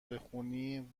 بخونی